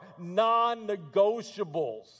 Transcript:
non-negotiables